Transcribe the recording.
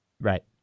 Right